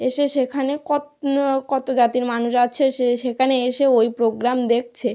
এসে সেখানে কত জাতির মানুষ আছে সে সেখানে এসে ওই প্রোগ্রাম দেখছে